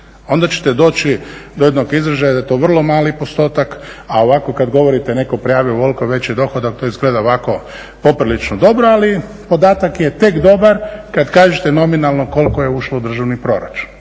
Onda ćete doći do jednog izražaja da je to vrlo mali postotak, a ovako kad govorite netko prijavi ovoliko veći dohodak to izgleda ovako poprilično dobro, ali podatak je tek dobar kad kažete nominalno koliko je ušlo u državni proračun.